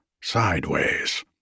sideways